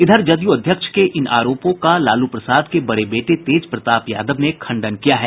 इधर जदयू अध्यक्ष के इन आरोपों का लालू प्रसाद को बड़े बेटे तेज प्रताप यादव ने खंडन किया है